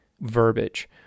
verbiage